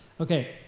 Okay